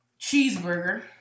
Cheeseburger